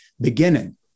beginning